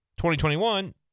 2021